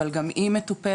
אבל גם היא מטופלת,